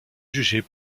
jugés